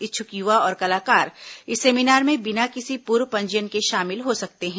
इच्छुक युवा और कलाकार इस सेमिनार में बिना किसी पूर्व पंजीयन के शामिल हो सकते हैं